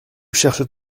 cherche